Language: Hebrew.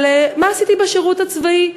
על מה עשיתי בשירות הצבאי.